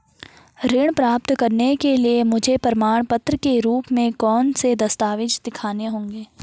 ऋण प्राप्त करने के लिए मुझे प्रमाण के रूप में कौन से दस्तावेज़ दिखाने होंगे?